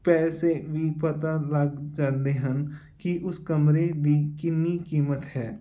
ਪੈਸੇ ਵੀ ਪਤਾ ਲੱਗ ਜਾਂਦੇ ਹਨ ਕਿ ਉਸ ਕਮਰੇ ਦੀ ਕਿੰਨੀ ਕੀਮਤ ਹੈ